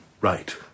right